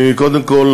קודם כול,